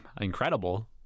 incredible